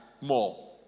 more